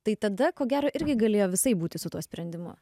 tai tada ko gero irgi galėjo visaip būti su tuo sprendimu